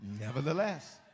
nevertheless